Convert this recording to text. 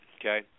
okay